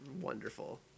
wonderful